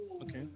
okay